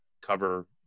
cover